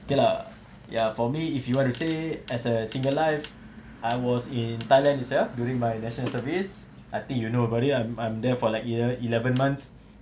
okay lah ya for me if you want to say as a single life I was in thailand itself during my national service I think you know about it lah I'm I'm there for like year eleven months